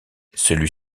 celui